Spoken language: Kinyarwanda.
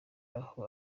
aho